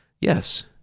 Yes